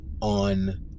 On